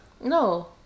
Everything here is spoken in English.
No